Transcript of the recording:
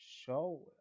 show